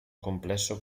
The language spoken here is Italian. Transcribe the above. complesso